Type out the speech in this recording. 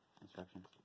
instructions